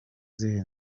zihe